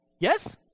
Yes